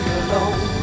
alone